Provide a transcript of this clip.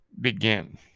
begin